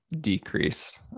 decrease